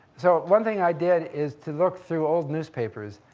so one thing i did is to look through old newspapers.